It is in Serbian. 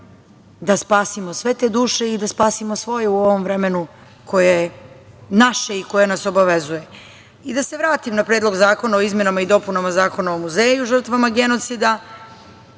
da spasimo sve te duše i da spasimo svoju u ovom vremenu koje je naše i koje nas obavezuje. Da se vratim na Predlog zakona o izmenama i dopunama Zakona o muzeju žrtvama genocida.